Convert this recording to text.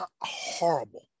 horrible